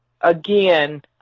again